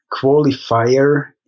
qualifier